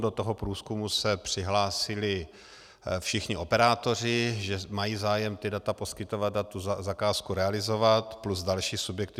Do toho průzkumu se přihlásili všichni operátoři, že mají zájem ta data poskytovat a zakázku realizovat, plus další subjekty.